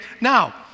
Now